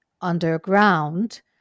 underground